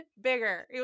bigger